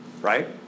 Right